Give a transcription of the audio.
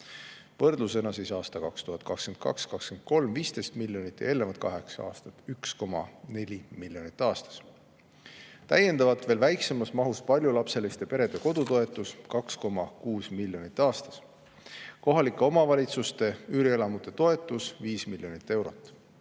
Võrdlusena: aastail 2022–2023 [investeerisime] 15 miljonit ja eelneval kaheksal aastal 1,4 miljonit aastas. Täiendavalt on veel väiksemas mahus paljulapseliste perede kodutoetus, 2,6 miljonit aastas, kohalike omavalitsuste üürielamute toetus, 5 miljonit eurot,